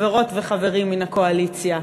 חברות וחברים מן הקואליציה,